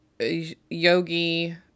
Yogi